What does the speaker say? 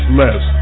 less